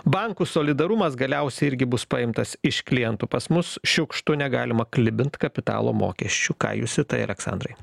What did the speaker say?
bankų solidarumas galiausiai irgi bus paimtas iš klientų pas mus šiukštu negalima klibint kapitalo mokesčių ką jūs į tai aleksandrai